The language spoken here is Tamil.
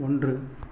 ஒன்று